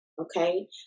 Okay